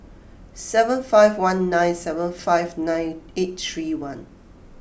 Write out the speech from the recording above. seven five one nine seven five nine eight three one